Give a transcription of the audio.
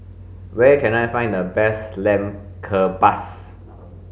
where can I find the best Lamb Kebabs